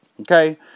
okay